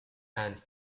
and